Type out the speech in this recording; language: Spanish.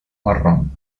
marrón